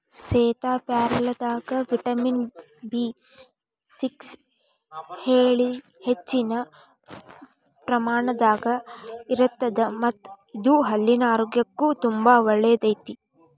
ಸೇತಾಪ್ಯಾರಲದಾಗ vitamin B six ಹೆಚ್ಚಿನ ಪ್ರಮಾಣದಾಗ ಇರತ್ತದ ಮತ್ತ ಇದು ಹಲ್ಲಿನ ಆರೋಗ್ಯಕ್ಕು ತುಂಬಾ ಒಳ್ಳೆಯದೈತಿ